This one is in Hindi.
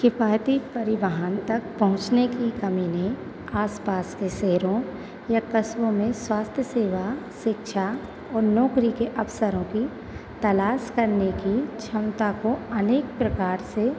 किफायती परिवाहन तक पहुँचने की कमी ने आस पास के शहरों या कस्बों में स्वास्थ्य सेवा शिक्षा और नौकरी के अवसरों की तलाश करने की क्षमता को अनेक प्रकार से